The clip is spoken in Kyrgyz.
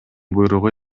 буйругу